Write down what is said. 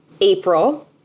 April